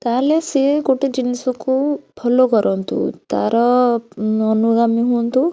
ତାହେଲେ ସେ ଗୋଟେ ଜିନିଷକୁ ଫଲୋ କରନ୍ତୁ ତାର ଅନୁଗାମୀ ହୁଅନ୍ତୁ